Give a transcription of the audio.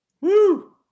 Woo